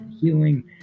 Healing